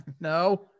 no